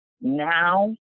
now